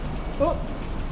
!oops!